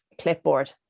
clipboard